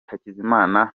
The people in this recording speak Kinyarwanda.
hakizimana